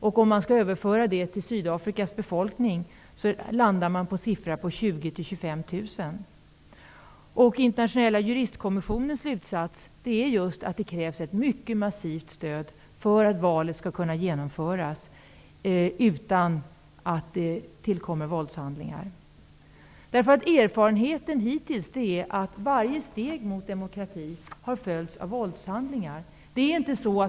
Om vi skall överföra det till Sydafrikas befolkning landar vi på en siffra på 20 000--25 000. Internationella juristkommissionens slutsats är just att det krävs ett mycket massivt stöd för att valet skall kunna genomföras utan att det blir våldshandlingar. Erfarenheterna hittills visar att varje steg mot demokrati har följts av våldshandlingar.